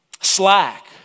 Slack